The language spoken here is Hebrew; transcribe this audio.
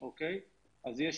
אז יש